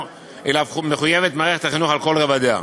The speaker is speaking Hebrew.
שאליו מחויבת מערכת החינוך על כל רבדיה.